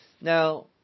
Now